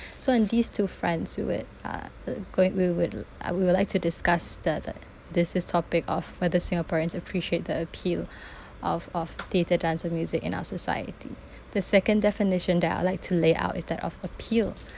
so in these fronts we would uh a goi~ we would li~ we would like to discuss the the this topic of whether singaporeans appreciate the appeal of of theatre dance and music in our society the second definition that I'd like to lay out is that of appeal